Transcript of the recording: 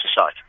aside